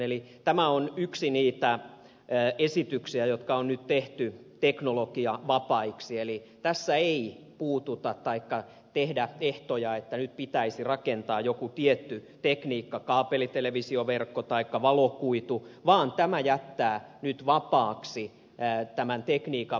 eli tämä on yksi niitä esityksiä jotka on nyt tehty teknologiavapaiksi eli tässä ei tehdä ehtoja että nyt pitäisi rakentaa joku tietty tekniikka kaapelitelevisioverkko taikka valokuitu vaan tämä jättää nyt vapaaksi tämän tekniikan valitsemisen